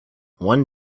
one